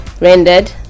rendered